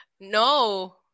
No